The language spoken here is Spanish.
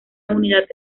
unidad